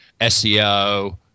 SEO